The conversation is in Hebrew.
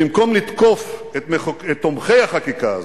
במקום לתקוף את תומכי החקיקה הזאת,